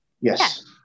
Yes